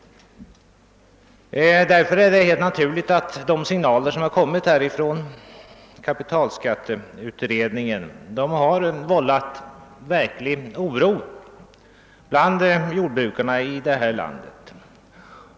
Därför är det helt naturligt att de signaler som kommit från kapitalskatteberedningen har vållat verklig oro bland jordbrukarna i landet.